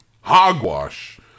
hogwash